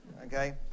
Okay